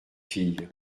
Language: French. fille